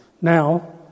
Now